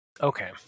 Okay